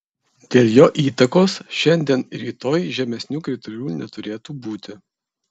dėl jo įtakos šiandien ir rytoj žymesnių kritulių neturėtų būti